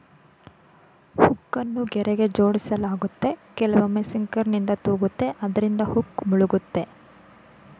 ಹುಕ್ಕನ್ನು ಗೆರೆಗೆ ಜೋಡಿಸಲಾಗುತ್ತೆ ಕೆಲವೊಮ್ಮೆ ಸಿಂಕರ್ನಿಂದ ತೂಗುತ್ತೆ ಅದ್ರಿಂದ ಹುಕ್ ಮುಳುಗುತ್ತೆ